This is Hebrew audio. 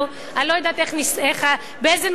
רבותי,